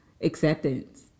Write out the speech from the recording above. acceptance